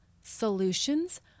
solutions